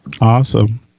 Awesome